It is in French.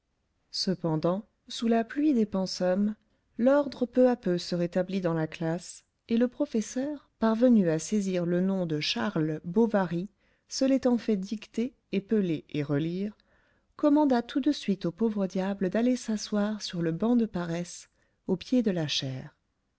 cependant sous la pluie des pensums l'ordre peu à peu se rétablit dans la classe et le professeur parvenu à saisir le nom de charles bovary se l'étant fait dicter épeler et relire commanda tout de suite au pauvre diable d'aller s'asseoir sur le banc de paresse au pied de la chaire